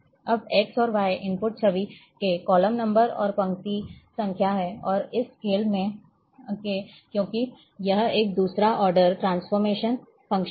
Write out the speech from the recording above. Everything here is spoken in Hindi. अब x और y इनपुट छवि के कॉलम नंबर और पंक्ति संख्या हैं और एक स्केल है क्योंकि यह एक दूसरा ऑर्डर ट्रांसफ़ॉर्मेशन फ़ंक्शन है